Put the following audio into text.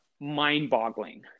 mind-boggling